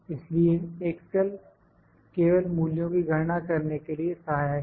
इसलिए एक्सेल केवल मूल्यों की गणना करने के लिए सहायक है